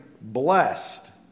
blessed